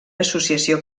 associació